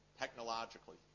technologically